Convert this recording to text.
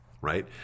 right